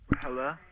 Hello